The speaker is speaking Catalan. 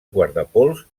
guardapols